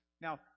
Now